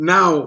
Now